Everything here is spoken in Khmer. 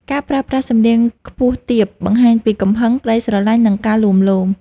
ការប្រើប្រាស់សំនៀងខ្ពស់ទាប បង្ហាញពីកំហឹង ក្ដីស្រឡាញ់ និងការលួងលោម។